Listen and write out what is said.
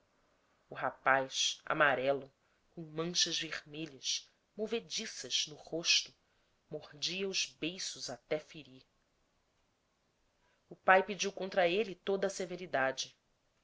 o rapaz amarelo com manchas vermelhas movediças no rosto mordia os beiços até ferir o pai pediu contra ele toda a severidade